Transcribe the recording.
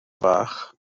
fach